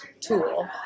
tool